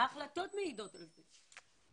ההחלטות מעידות על זה,